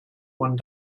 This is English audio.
one